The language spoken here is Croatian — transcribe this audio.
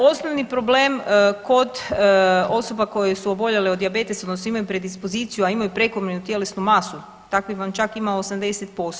Osnovni problem kod osoba koje su oboljele od dijabetesa odnosno imaju predispoziciju, a imaju prekomjernu tjelesnu masu, takvih vam čak ima 80%